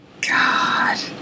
God